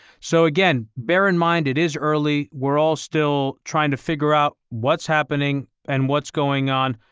so again, bear in mind, it is early. we're all still trying to figure out what's happening and what's going on.